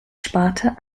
sparte